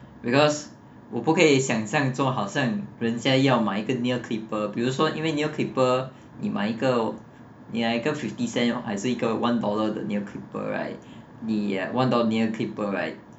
because 我不可以想象做好像人家要买一个 nail clipper 比如说因为 nail clipper 你买一个你买一个 fifty cent 还是一个 one dollar 的 nail clipper right 你 uh one dollar 的 nail clipper right